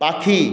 পাখি